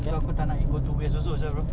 bab aku tak nak equal to waste also usaha bro